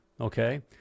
okay